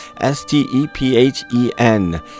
S-T-E-P-H-E-N